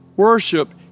Worship